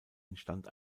entstand